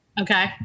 Okay